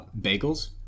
Bagels